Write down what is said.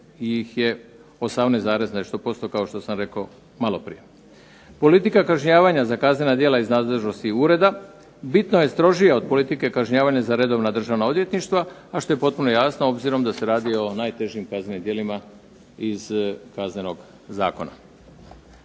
nešto posto kao što sam rekao malo prije. Politika kažnjavanja za kaznena djela iz nadležnosti ureda bitno je strožija od politike kažnjavanja za redovna državna odvjetništva, a što je potpuno jasno obzirom da se radi o najtežim kaznenim djelima iz Kaznenog zakona.